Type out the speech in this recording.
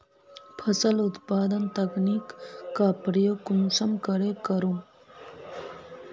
फसल उत्पादन तकनीक का प्रयोग कुंसम करे करूम?